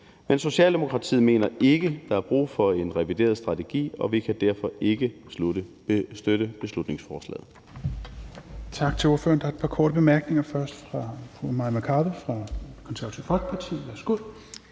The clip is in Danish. Men Socialdemokratiet mener ikke, at der er brug for en revideret strategi, og vi kan derfor ikke støtte beslutningsforslaget.